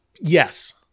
Yes